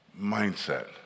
mindset